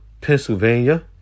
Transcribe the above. Pennsylvania